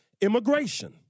immigration